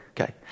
Okay